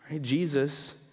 Jesus